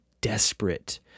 desperate